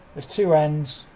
there's two ends.